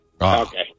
Okay